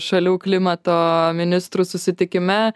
šalių klimato ministrų susitikime